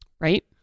Right